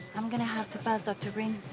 i'm going to have to pass, dr. green.